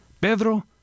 Pedro